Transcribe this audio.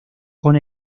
con